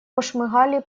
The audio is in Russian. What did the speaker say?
пошмыгали